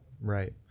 Right